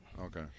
Okay